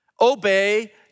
obey